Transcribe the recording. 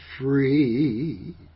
free